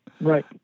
right